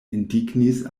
indignis